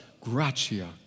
gratia